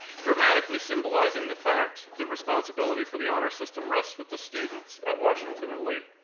dramatically symbolizing the fact that responsibility for the honor system rests with the students at washington and lee.